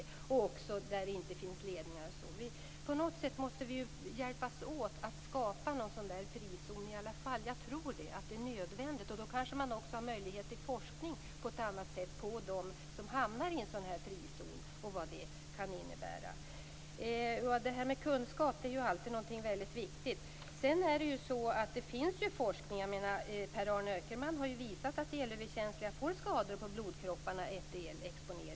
På något sätt måste vi hjälpas åt att skapa något slags frizon. Jag tror att det är nödvändigt. Då kanske man också har möjlighet till forskning på ett annat sätt på de människor som hamnar i en sådan frizon. Det är alltid viktigt med kunskap. Det finns ju forskning på området. Per Arne Öckerman har ju visat att elöverkänsliga personer får skador på blodkropparna efter elexponering.